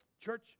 church